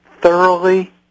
thoroughly